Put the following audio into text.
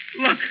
Look